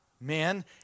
men